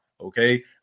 okay